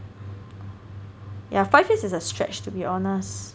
yeah five years is a stretch to be honest